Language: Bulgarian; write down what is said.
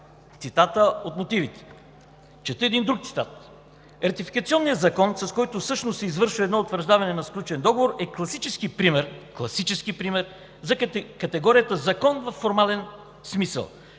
цитатът от мотивите. Чета един друг цитат: